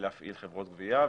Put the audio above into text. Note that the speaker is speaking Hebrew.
להפעיל חברות גבייה,